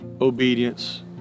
obedience